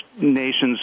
nations